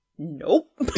Nope